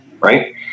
right